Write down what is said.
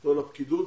לא מאמין לפקידות.